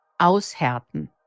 Aushärten